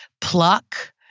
pluck